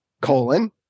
colon